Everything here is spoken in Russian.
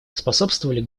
способствовали